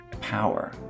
power